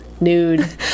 nude